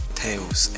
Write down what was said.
tales